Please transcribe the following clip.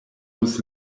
los